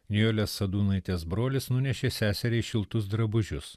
nijolės sadūnaitės brolis nunešė seseriai šiltus drabužius